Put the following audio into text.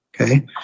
Okay